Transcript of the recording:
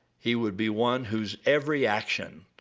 he would be one whose every action,